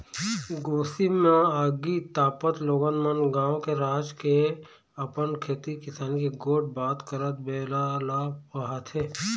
गोरसी म आगी तापत लोगन मन गाँव के, राज के, अपन खेती किसानी के गोठ बात करत बेरा ल पहाथे